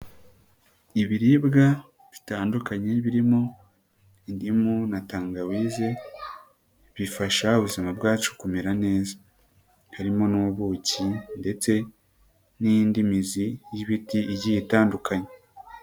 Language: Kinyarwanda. Ibiribwa bitandukanye birimo indimu na tangawizi, bifasha ubuzima bwacu kumera neza, harimo n'ubuki ndetse n'indi mizi y'ibiti igiye itandukanye.